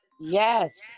Yes